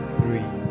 three